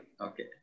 Okay